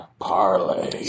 Parlay